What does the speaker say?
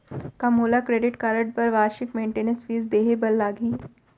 का मोला credit card बर वार्षिक मेंटेनेंस फीस देहे बर लागही?